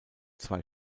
zwei